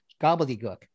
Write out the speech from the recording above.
gobbledygook